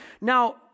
Now